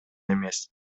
эмес